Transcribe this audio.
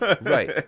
Right